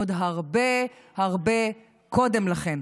עוד הרבה הרבה קודם לכן?